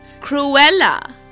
Cruella